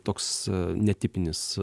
toks netipinis